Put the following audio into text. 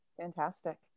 fantastic